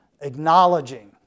acknowledging